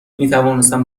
میتوانستم